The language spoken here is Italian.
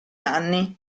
anni